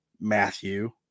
Matthew